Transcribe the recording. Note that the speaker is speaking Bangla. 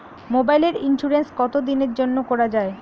মোবাইলের ইন্সুরেন্স কতো দিনের জন্যে করা য়ায়?